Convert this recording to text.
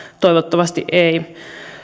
toivottavasti ei